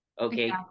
okay